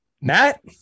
Matt